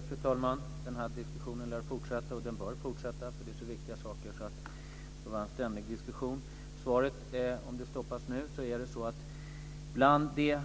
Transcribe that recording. Fru talman! Den här diskussionen lär fortsätta, och den bör fortsätta. Det är så viktiga saker att det måste finnas en ständig diskussion. Svaret på frågan om det ska stoppas nu är följande. Bland det